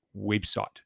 website